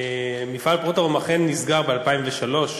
מפעל "פרוטרום" אכן נסגר ב-2003,